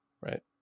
right